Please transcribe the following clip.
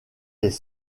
les